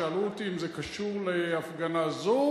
שאלו אותי אם זה קשור להפגנה זו